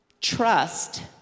trust